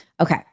Okay